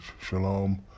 Shalom